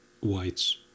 whites